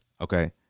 okay